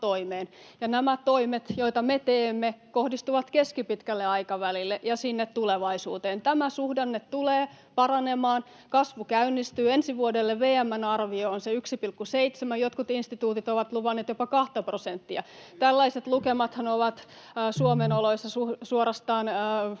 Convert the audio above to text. nämä toimet, joita me teemme, kohdistuvat keskipitkälle aikavälille ja sinne tulevaisuuteen. Tämä suhdanne tulee paranemaan, kasvu käynnistyy. Ensi vuodelle VM:n arvio on se 1,7, ja jotkut instituutit ovat luvanneet jopa kahta prosenttia. Tällaiset lukemathan ovat Suomen oloissa suorastaan